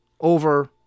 over